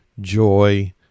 joy